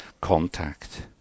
contact